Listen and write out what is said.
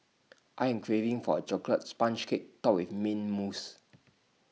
I am craving for A Chocolate Sponge Cake Topped with Mint Mousse